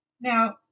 Now